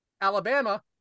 Alabama